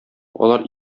алар